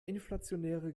inflationäre